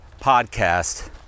podcast